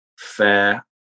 fair